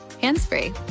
hands-free